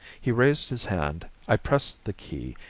he raised his hand, i pressed the key,